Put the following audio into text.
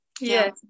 Yes